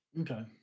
Okay